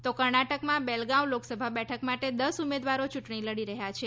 તો કર્ણાટકમાં બેલગાવ લોકસભા બેઠક માટે દસ ઉમેદવારો યું ટણી લડી રહ્યા છે